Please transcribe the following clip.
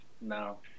No